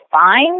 fine